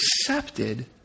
accepted